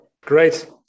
Great